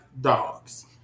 dogs